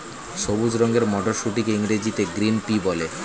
সবুজ রঙের মটরশুঁটিকে ইংরেজিতে গ্রিন পি বলে